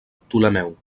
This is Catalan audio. ptolemeu